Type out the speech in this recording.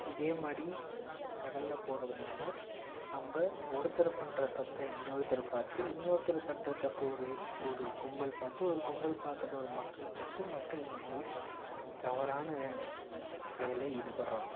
இதே மாதிரி கடலில் போடுறதுனால நம்ம ஒருத்தர் பண்ணுற தப்பு இன்னொருத்தர் பார்த்து இன்னொருத்தர் பண்ணுற தப்பு ஒரு உ ஒரு கும்பல் பார்த்து ஒரு கும்பல் பார்க்கறத ஒரு மக்கள் பார்த்து மக்கள் இந்த மாதிரி தவறான வே செயலில் ஈடுபடுறாங்க